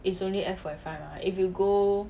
it's only if you go